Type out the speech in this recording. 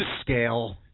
scale